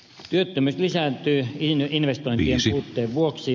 työttömyys lisääntyy investointien puutteen vuoksi